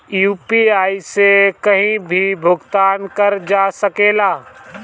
UPI से कहीं भी भुगतान कर जा सकेला?